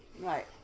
Right